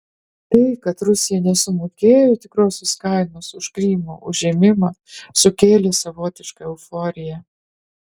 tai kad rusija nesumokėjo tikrosios kainos už krymo užėmimą sukėlė savotišką euforiją